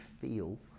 feel